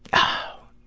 o